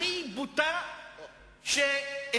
בצורה הכי בוטה שאפשר.